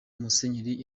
musenyeri